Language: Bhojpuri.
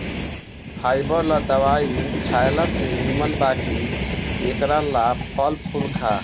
फाइबर ला दवाई खएला से निमन बा कि एकरा ला फल फूल खा